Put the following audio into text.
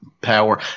power